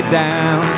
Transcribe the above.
down